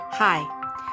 Hi